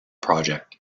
project